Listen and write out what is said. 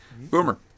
Boomer